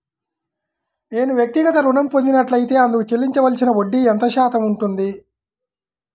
నేను వ్యక్తిగత ఋణం పొందినట్లైతే అందుకు చెల్లించవలసిన వడ్డీ ఎంత శాతం ఉంటుంది?